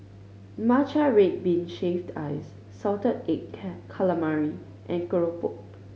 matcha red bean shaved ice salted egg calamari and Keropok